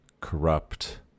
corrupt